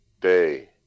day